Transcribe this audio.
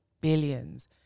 Billions